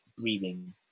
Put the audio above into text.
breathing